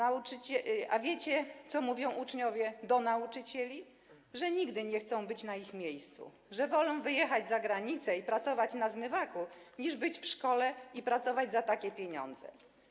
A wiecie, co mówią uczniowie do nauczycieli, że nigdy nie chcieliby być na ich miejscu, że wolą wyjechać za granicę i pracować na zmywaku niż być w szkole i pracować za takie pieniądze.